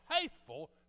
faithful